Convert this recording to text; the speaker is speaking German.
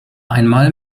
einmal